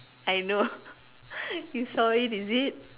I know you saw it is it